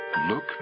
Look